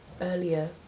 Earlier